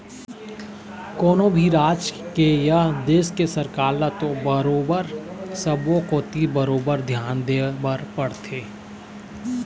कोनो भी राज के या देश के सरकार ल तो बरोबर सब्बो कोती बरोबर धियान देय बर परथे